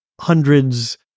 hundreds